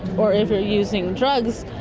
or if you are using drugs.